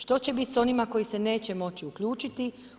Što će biti s onima koji se neće moći uključiti?